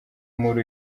muri